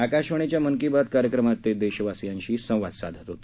आकाशवाणीच्या मन की बात कार्यक्रमात ते देशवासियांशी संवाद साधत होते